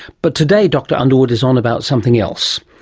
but today dr underwood is on about something else,